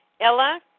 Ella